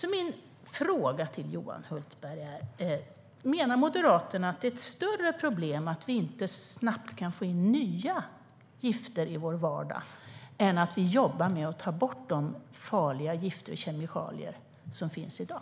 Min fråga till Johan Hultberg är: Menar Moderaterna att det är ett viktigare problem att vi inte snabbt kan få in nya gifter i vår vardag än att vi jobbar med att ta bort de farliga gifter och kemikalier som finns i dag?